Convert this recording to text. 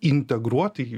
integruoti jį